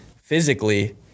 physically